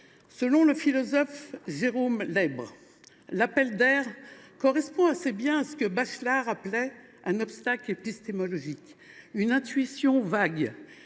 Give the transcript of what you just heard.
Selon le philosophe Jérôme Lèbre, l’appel d’air « correspond assez bien à ce que Bachelard appelait un obstacle épistémologique »,« une intuition vague